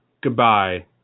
Goodbye